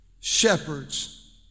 shepherds